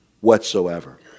whatsoever